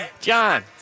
John